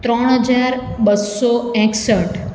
ત્રણ હજાર બસો એક્સઠ